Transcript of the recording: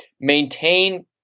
maintain